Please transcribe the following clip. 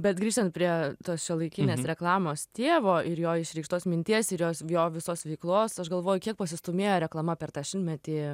bet grįžtant prie tos šiuolaikinės reklamos tėvo ir jo išreikštos minties ir jos jo visos veiklos aš galvoju kiek pasistūmėjo reklama per tą šimtmetį